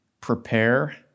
prepare